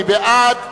מי בעד?